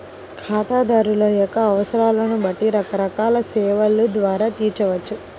ఖాతాదారుల యొక్క అవసరాలను బట్టి రకరకాల సేవల ద్వారా తీర్చవచ్చు